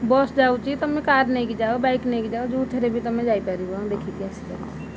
bus ଯାଉଛି ତୁମେ car ନେଇକି ଯାଅ ବାଇକ୍ ନେଇକି ଯାଅ ଯେଉଁଥିରେ ବି ତୁମେ ଯାଇପାରିବ ଦେଖିକି ଆସିପାରିବ